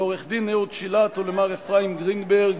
לעורך-דין אהוד שילת ולמר אפרים גרינברג,